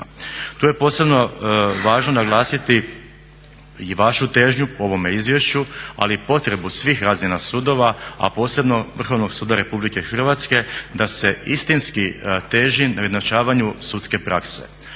Tu je posebno važno naglasiti i vašu težnju po ovome izvješću, ali i potrebu svih razina sudova, a posebno Vrhovnog suda RH da se istinski teži na ujednačavanju sudske prakse.